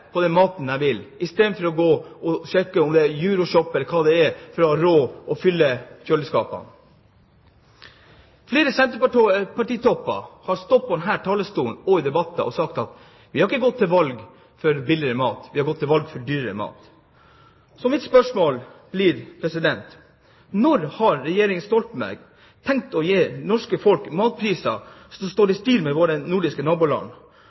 sjekke på Euro Shop – eller hva det nå er – for å ha råd å fylle kjøleskapene? Flere senterpartitopper har stått på denne talerstolen og i debatter og sagt: Vi har ikke gått til valg på billigere mat, vi har gått til valg på dyrere mat. Så mitt spørsmål blir: Når har regjeringen Stoltenberg tenkt å gi det norske folk matpriser som står i stil med våre nordiske